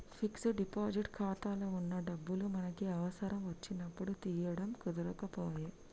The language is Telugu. ఫిక్స్డ్ డిపాజిట్ ఖాతాలో వున్న డబ్బులు మనకి అవసరం వచ్చినప్పుడు తీయడం కుదరకపాయె